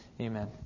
Amen